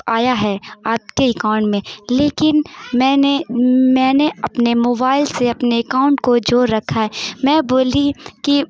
آیا ہے آپ کے اکاؤنٹ میں لیکن میں نے میں نے اپنے موبائل سے اپنے اکاؤنٹ کو جور رکھا ہے میں بولی کہ